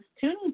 tuning